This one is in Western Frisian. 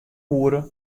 oere